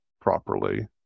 properly